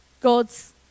God's